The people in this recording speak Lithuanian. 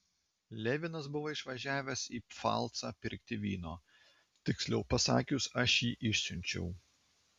levinas buvo išvažiavęs į pfalcą pirkti vyno tiksliau pasakius aš jį išsiunčiau